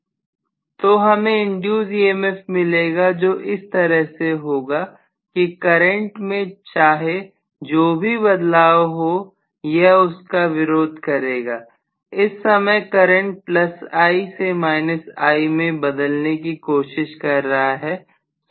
तो हमें induced emf मिलेगा जो इस तरह से होगा कि करंट में चाहे जो भी बदलाव हो यह उसका विरोध करेगा इस समय करंट I से I मैं बदलने की कोशिश कर रहा है